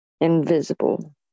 Invisible